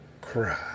cry